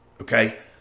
Okay